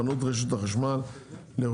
על סדר-היום: מוכנות רשת החשמל לאירועי